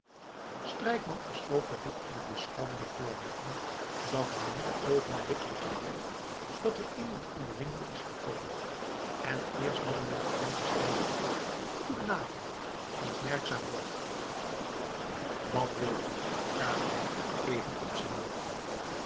strijkman is zoo verdiept in het beschouwen der voorwerpen dat hij niet oogenblikkelijk bemerkt dat er iemand in den winkel is gekomen en eerst door een met gedempte stem geuit goeden avond opmerkzaam wordt wat wil u vraagt hij even